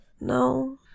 No